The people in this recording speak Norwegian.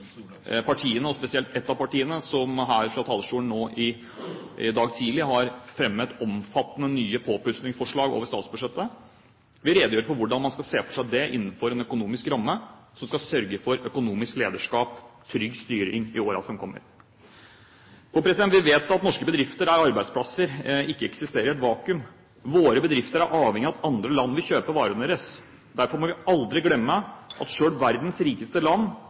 partiene – spesielt ett av partiene – som her fra talerstolen nå i dag tidlig har fremmet omfattende nye påplusningsforslag over statsbudsjettet, vil redegjøre for hvordan man ser for seg det innenfor en økonomisk ramme som skal sørge for økonomisk lederskap og trygg styring i årene som kommer. Vi vet at norske bedrifter og arbeidsplasser ikke eksisterer i et vakuum. Våre bedrifter er avhengig av at andre land vil kjøpe varene deres. Derfor må vi aldri glemme at selv verdens rikeste land